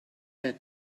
had